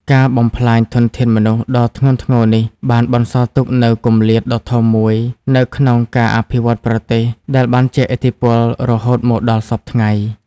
ការបំផ្លាញធនធានមនុស្សដ៏ធ្ងន់ធ្ងរនេះបានបន្សល់ទុកនូវគម្លាតដ៏ធំមួយនៅក្នុងការអភិវឌ្ឍប្រទេស ដែលបានជះឥទ្ធិពលរហូតមកដល់សព្វថ្ងៃ។